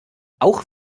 auch